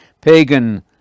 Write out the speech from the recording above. pagan